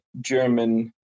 German